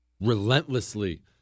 relentlessly